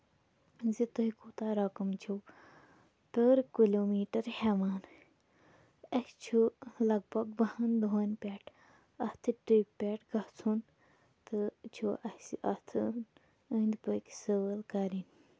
زِ تُہۍ کوٗتاہ رَقٔم چھِو پٔر کِلوٗ میٖٹر ہٮ۪وان اَسہِ چھُ لَگ بگ بَہن دۄہَن پٮ۪ٹھ اَتھ ٹرِپ پٮ۪ٹھ گژھُن تہٕ چھُ اَسہِ اَتھٕ أندۍ پٔکۍ سٲل کَرٕنۍ